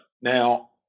Now